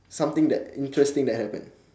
something that interesting that happened